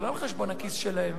זה לא על חשבון הכיס שלהם.